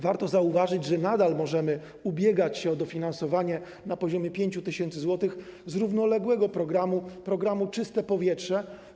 Warto zauważyć, że nadal możemy ubiegać się o dofinansowanie na poziomie 5 tys. zł z równoległego programu „Czyste powietrze”